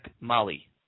Mali